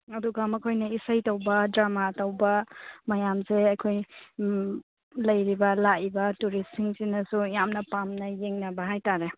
ꯑꯗꯨꯒ ꯃꯈꯣꯏꯅ ꯏꯁꯩ ꯇꯧꯕ ꯗ꯭ꯔꯃꯥ ꯇꯧꯕ ꯃꯌꯥꯝꯁꯦ ꯑꯩꯈꯣꯏ ꯎꯝ ꯂꯩꯔꯤꯕ ꯂꯥꯛꯂꯤꯕ ꯇꯨꯔꯤꯁꯁꯤꯡꯁꯤꯅꯁꯨ ꯌꯥꯝꯅ ꯄꯥꯝꯅ ꯌꯦꯡꯅꯕ ꯍꯥꯏꯇꯔꯦ